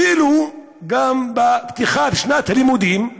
אפילו בפתיחת שנת הלימודים,